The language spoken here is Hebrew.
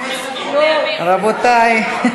רבותי.